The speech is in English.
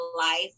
life